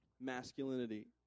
masculinity